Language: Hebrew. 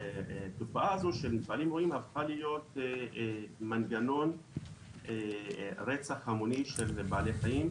התופעה הזו של מפעלים ראויים הפכה להיות מנגנון רצח המוני של בעלי חיים,